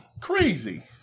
Crazy